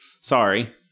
Sorry